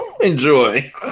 Enjoy